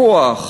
בכוח,